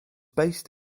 based